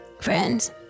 Friends